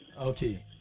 Okay